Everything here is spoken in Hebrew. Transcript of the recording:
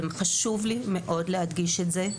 וחשוב לי מאוד להדגיש את זה,